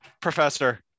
Professor